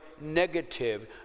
negative